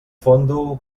fondo